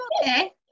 okay